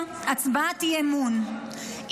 הצבעת אי-אמון,